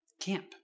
camp